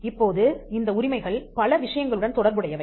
இப்போது இந்த உரிமைகள் பல விஷயங்களுடன் தொடர்புடையவை